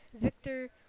Victor